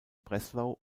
breslau